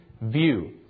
view